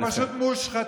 אתם פשוט מושחתים,